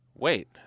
Wait